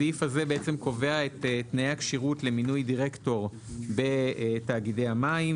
הסעיף הזה בעצם קובע את תנאי הכשירות למינוי דירקטור בתאגידי המים,